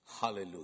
Hallelujah